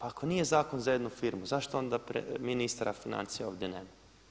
Ako nije zakon za jednu firmu zašto onda ministra financija ovdje nema?